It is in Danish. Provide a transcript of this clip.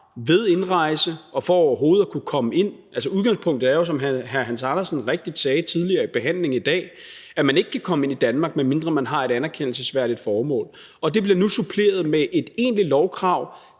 ved indrejse og for overhovedet at kunne komme ind. Altså, udgangspunktet er jo, som hr. Hans Andersen rigtigt sagde tidligere i behandlingen i dag, at man ikke kan komme ind i Danmark, medmindre man har et anerkendelsesværdigt formål, og det bliver nu suppleret med et egentligt lovkrav